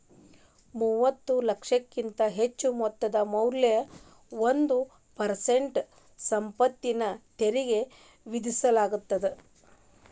ಮೂವತ್ತ ಲಕ್ಷಕ್ಕಿಂತ ಹೆಚ್ಚಿನ ಮೊತ್ತದ ಮ್ಯಾಲೆ ಒಂದ್ ಪರ್ಸೆಂಟ್ ಸಂಪತ್ತಿನ ತೆರಿಗಿ ವಿಧಿಸಲಾಗತ್ತ